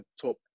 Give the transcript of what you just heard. top